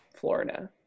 Florida